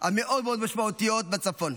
המאוד-מאוד משמעותיות בצפון.